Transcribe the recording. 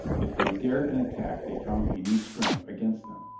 if they dared an attack they found a new strength against them.